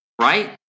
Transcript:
Right